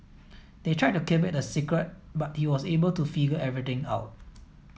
they tried to keep it a secret but he was able to figure everything out